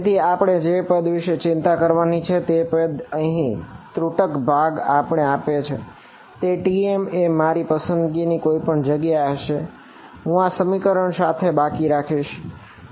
તેથી આપણે જે પદ વિશે ચિંતા કરવાની છે તે પદ અહીં ત્રુટક ભાગ આપણે છે તે છે TM એ મારી પસંદગીની કોઈ પણ જગ્યાએ હશે હું આ સમીકરણ સાથે બાકી રાખીશ બરાબર